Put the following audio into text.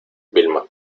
vilma